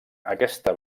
aquesta